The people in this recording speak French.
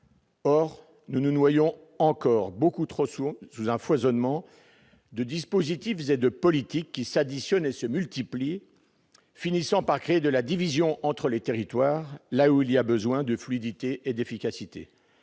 Or nous nous noyons encore beaucoup trop souvent sous un foisonnement de dispositifs et de politiques qui s'additionnent et se multiplient, finissant par créer de la division entre les territoires, là où il y a besoin de fluidité et d'efficacité.